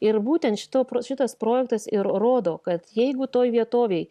ir būtent šitu pr šitas projektas ir rodo kad jeigu toj vietovėj